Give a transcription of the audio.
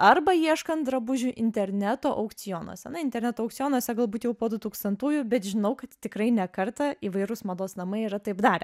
arba ieškant drabužių interneto aukcionuose na interneto aukcionuose galbūt jau po du tūkstantųjų bet žinau kad tikrai ne kartą įvairūs mados namai yra taip darę